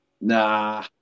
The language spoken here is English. nah